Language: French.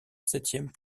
septième